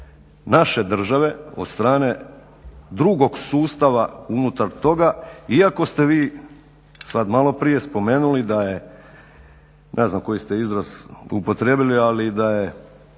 naše države, od strane drugog sustava unutar toga iako ste vi sad malo prije spomenuli da je, ne znam koji ste izraz upotrijebili, ali da je